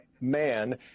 man